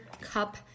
cup